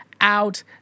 out